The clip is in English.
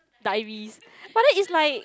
diaries but then is like